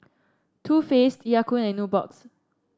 Too Faced Ya Kun and Nubox